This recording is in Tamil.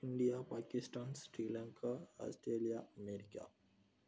India Pakistan Sri Lanka Australia America